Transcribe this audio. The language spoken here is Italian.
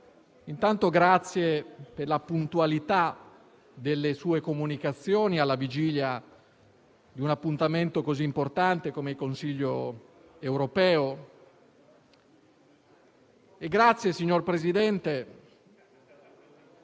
intanto ringraziarla per la puntualità delle sue comunicazioni alla vigilia di un appuntamento così importante, come il Consiglio europeo. La ringrazio, signor Presidente,